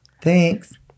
Thanks